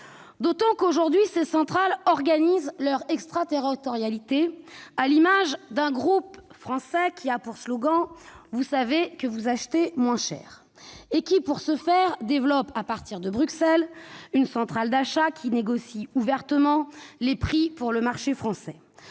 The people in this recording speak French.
D'autant qu'aujourd'hui ces centrales organisent leur extraterritorialité, à l'image d'un groupe français qui a pour slogan « vous savez que vous achetez moins cher » et qui, pour ce faire, développe à partir de Bruxelles, une centrale d'achat qui négocie ouvertement les prix pour le marché français.